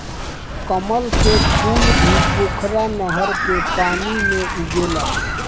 कमल के फूल भी पोखरा नहर के पानी में उगेला